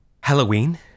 halloween